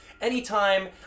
Anytime